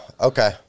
Okay